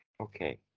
okay